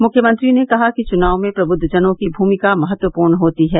मुख्यमंत्री ने कहा कि चुनाव में प्रबुद्वजनों की भूमिका महत्वपूर्ण है